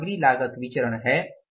यह सामग्री लागत विचरण है